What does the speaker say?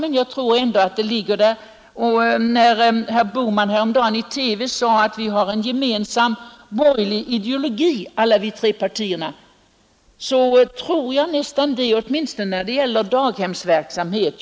Herr Bohman sade häromdagen i TV att de tre borgerliga partierna har en gemensam borgerlig ideologi. Och jag tror nästan att det är så, åtminstone när det gäller daghemsverksamhet.